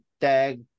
tag